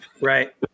right